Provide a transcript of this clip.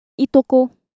Itoko